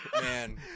Man